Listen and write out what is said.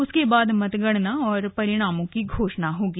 उसके बाद मतगणना और परिणामों की घोषणा होगी